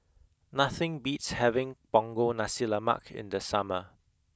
nothing beats having punggol nasi lemak in the summer